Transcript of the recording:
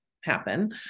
happen